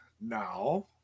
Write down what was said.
now